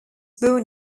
born